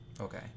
Okay